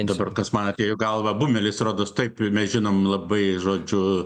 dabar kas man atėjo į galvą bumelis rodos taip mes žinom labai žodžiu